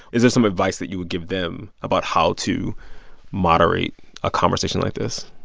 is there some advice that you would give them about how to moderate a conversation like this?